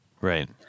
Right